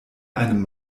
einem